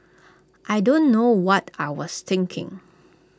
I don't know what I was thinking